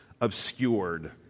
obscured